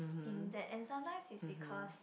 in that and sometimes it's because